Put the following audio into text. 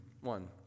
One